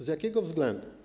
Z jakie względu?